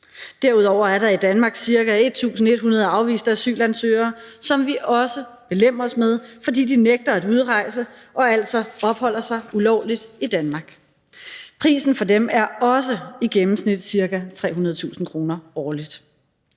Derudover er der i Danmark ca. 1.100 afviste asylansøgere, som vi også belemres med, fordi de nægter at udrejse og altså opholder sig ulovligt i Danmark. Prisen for dem er også i gennemsnit ca. 300.000 kr. årligt.